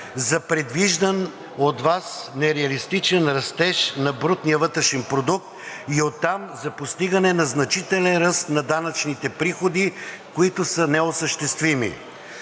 за предвиждан от Вас нереалистичен растеж на брутния вътрешен продукт и оттам за постигане на значителен ръст на данъчните приходи, които са неосъществими.